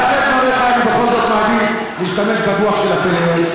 ואחרי דבריך אני בכל זאת מעדיף להשתמש בדוח של ה"פלא יועץ".